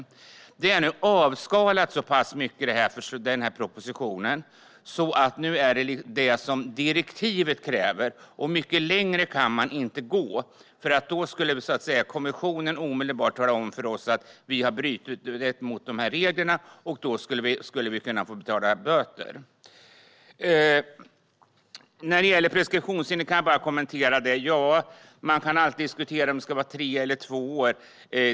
Propositionen är nu avskalad så pass mycket att den följer det som direktivet kräver. Mycket längre kan man inte gå, för då skulle kommissionen omedelbart tala om för oss att vi har brutit mot reglerna, och då skulle vi kunna få betala böter. När det gäller preskriptionstiden kan man alltid diskutera om den ska vara tre eller två år.